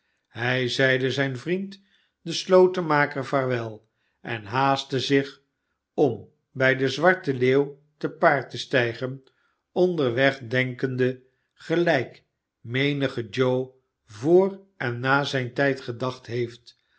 hij zeide zijn vriend den slotenmaker vaarwel en haastte zich om by de zwarte leeuw te paard te stijgen onderweg denkende gelijk menige joe voor en na zijn tijd gedacht heeft